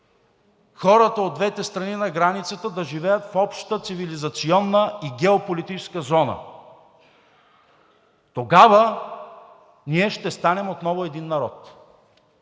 хората от двете страни на границата да живеят в обща цивилизационна и геополитическа зона. Тогава ние ще станем отново един народ.